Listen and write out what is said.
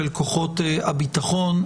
של כוחות הביטחון.